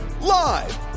Live